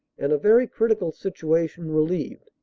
and a very critical situation relieved.